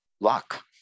luck